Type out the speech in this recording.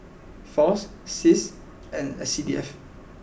Fas Cis and S C D F